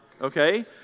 okay